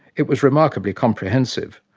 it was remarkably comprehensive,